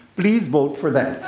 please vote for them.